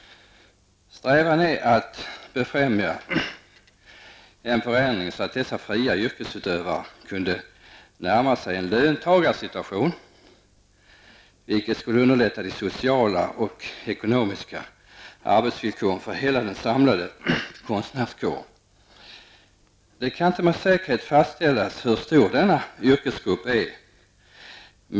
Strävan är att befrämja en förändring så att dessa ''fria'' yrkesutövare kunde närma sig en löntagarsituation, vilket skulle underlätta de sociala och ekonomiska arbetsvillkoren för hela den samlade konstnärskåren. Det kan inte med säkerhet fastställas hur stor denna yrkesgrupp är.